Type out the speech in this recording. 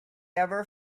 ever